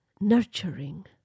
nurturing